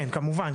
כן, כמובן.